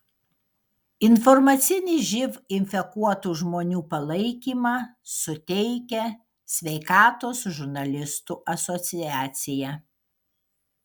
informacinį živ infekuotų žmonių palaikymą suteikia sveikatos žurnalistų asociacija